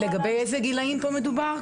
אגב --- לגבי איזה גילאים פה מדובר?